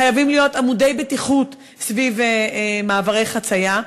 חייבים להיות עמודי בטיחות סביב מעברי חציה.